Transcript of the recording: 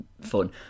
fun